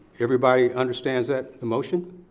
everybody understands that motion?